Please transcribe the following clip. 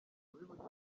tubibutse